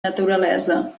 naturalesa